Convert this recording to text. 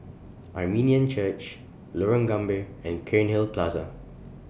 Armenian Church Lorong Gambir and Cairnhill Plaza